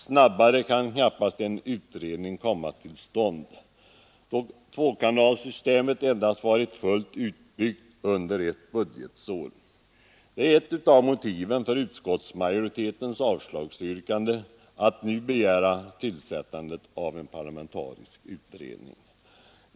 Snabbare kan knappast en utredning komma till stånd, då tvåkanalssystemet varit fullt utbyggt under endast ett budgetår. Det är ett av motiven för utskottsmajoritetens avstyrkande av förslaget om att nu begära tillsättande av en parlamentarisk utredning.